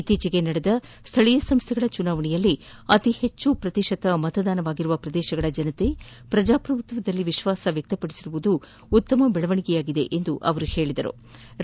ಇತ್ತೀಚೆಗೆ ನಡೆದ ಸ್ವಳೀಯ ಸಂಸ್ಥೆಗಳು ಚುನಾವಣೆಯಲ್ಲಿ ಅತಿ ಹೆಚ್ಚು ಪ್ರತಿಶತ ಮತದಾನವಾಗಿರುವ ಪ್ರದೇಶಗಳ ಜನತೆ ಪ್ರಜಾಪ್ರಭುತ್ವದಲ್ಲಿ ವಿಶ್ವಾಸ ವ್ಯಕ್ತಪಡಿಸಿರುವುದು ಒಳ್ಳೆಯ ಬೆಳವಣಿಗೆ ಎಂದು ಹೇಳದರು